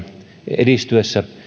edistyessä